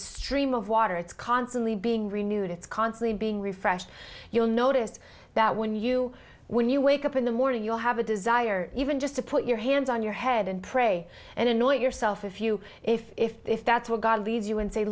stream of water it's constantly being renewed it's constantly being refresh you'll notice that when you when you wake up in the morning you'll have a desire even just to put your hands on your head and pray and annoy yourself if you if if if that's where god leads you and say